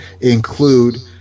include